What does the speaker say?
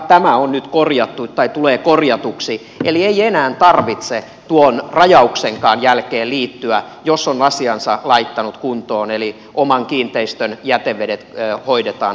tämä nyt tulee korjatuksi eli ei enää tarvitse tuon rajauksenkaan jälkeen liittyä jos on asiansa laittanut kuntoon eli oman kiinteistön jätevedet hoidetaan asianmukaisella tavalla